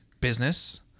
business